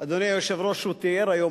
אדוני היושב-ראש, שהוא תיאר היום.